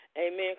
Amen